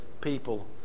people